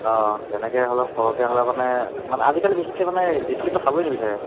অঁ তেনেকৈ হ'লে সৰহকৈ হ'লে মানে মানে আজিকালি বিশেষকৈ মানে স্কিনটো খাবই নিবিচাৰে